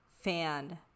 fan